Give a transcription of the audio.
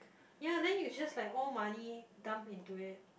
ya then you just like all money dumped into it